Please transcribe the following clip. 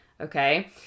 okay